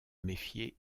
méfier